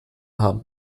haben